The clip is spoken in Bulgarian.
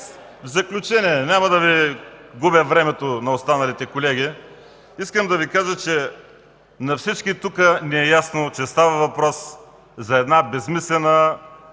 В заключение – няма да губя времето на останалите колеги, искам да Ви кажа, че на всички тук ни е ясно, че става въпрос за една безмислена